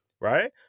right